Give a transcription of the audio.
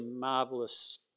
marvellous